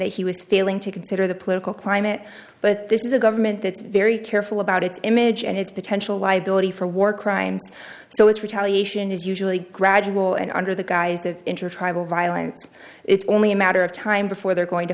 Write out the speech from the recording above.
that he was failing to consider the political climate but this is a government that's very careful about its image and its potential liability for war crimes so its retaliation is usually gradual and under the guise of intertribal violence it's only a matter of time before they're going to